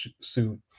suit